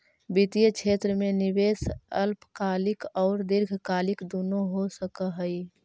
वित्तीय क्षेत्र में निवेश अल्पकालिक औउर दीर्घकालिक दुनो हो सकऽ हई